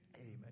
Amen